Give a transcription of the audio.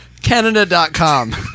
Canada.com